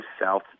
South